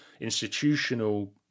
institutional